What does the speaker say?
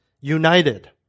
united